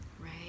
right